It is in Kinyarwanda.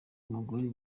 umugore